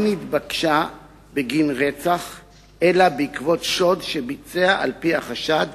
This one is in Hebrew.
לא התבקשה בגין רצח אלא בעקבות שוד שביצע על-פי החשד